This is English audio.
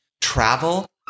Travel